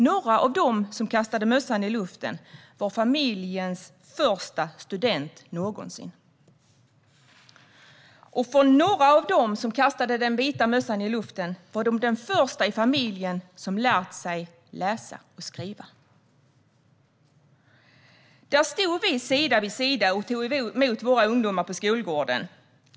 Några av dem som kastade mössan i luften var familjens första student någonsin. Och några av dem som kastade den vita mössan i luften var den första i familjen som lärt sig läsa och skriva. Där stod vi sida vid sida och tog emot våra ungdomar på skolgården.